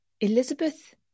Elizabeth